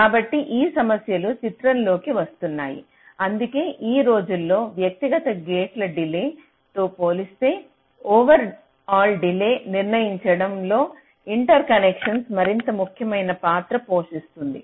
కాబట్టి ఈ సమస్యలు చిత్రంలోకి వస్తున్నాయి అందుకే ఈ రోజుల్లో వ్యక్తిగత గేట్ల డిలేతో పోలిస్తే ఓవరాల్ డిలేన్ని నిర్ణయించడంలో ఇంటర్కనెక్షన్ మరింత ముఖ్యమైన పాత్ర పోషిస్తోంది